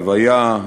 לוויה,